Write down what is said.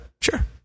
Sure